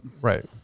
Right